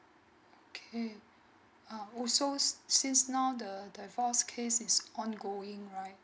okay um also since now the divorce case is ongoing right